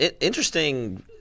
Interesting